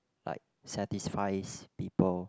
like satisfies people